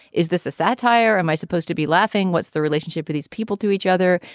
is this a satire? am i supposed to be laughing? what's the relationship of these people to each other?